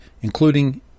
including